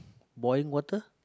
boiling water